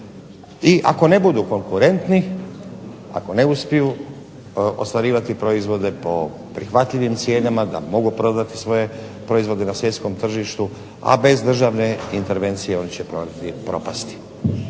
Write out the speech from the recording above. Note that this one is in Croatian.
i ako ne budu konkurentni, ako ne uspiju ostvarivati proizvode po prihvatljivim cijenama, da mogu prodati svoje proizvode na svjetskom tržištu, a bez državne intervencije, oni će propasti.